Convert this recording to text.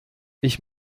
ich